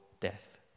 death